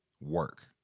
Work